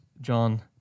John